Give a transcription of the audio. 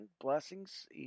Blessings